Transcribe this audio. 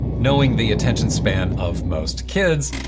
knowing the attention span of most kids,